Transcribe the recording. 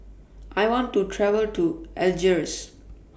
I want to travel to Algiers